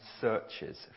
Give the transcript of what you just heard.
searches